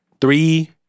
three